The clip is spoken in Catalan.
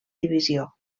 divisió